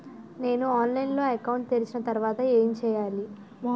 నేను ఆన్లైన్ లో అకౌంట్ తెరిచిన తర్వాత ఏం చేయాలి?